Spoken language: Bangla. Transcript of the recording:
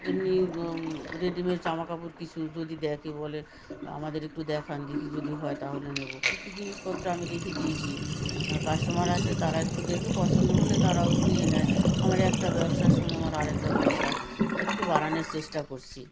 এমনি রেডিমেড জামাকাপড় কিছু যদি দেখে বলে আমাদের একটু দেখান দেখি যদি হয় তাহলে নেব কিছু জিনিসপত্র আমি রেখে দিয়েছি কাস্টমার আসে তারা একটু দেখে পছন্দ হলে তারাও নিয়ে নেয় আমার একটা ব্যবসার সঙ্গে আমার আরেকটা ব্যবসা একটু বাড়ানোর চেষ্টা করছি